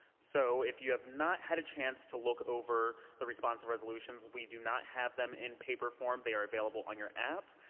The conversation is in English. so if you have not had a chance to look over the responsive resolutions, we do not have them in paper form. they are available on your app.